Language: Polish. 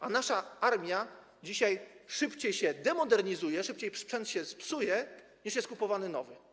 A nasza armia dzisiaj szybciej się demodernizuje, szybciej sprzęt się psuje, niż jest kupowany nowy.